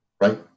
right